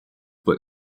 but